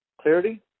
clarity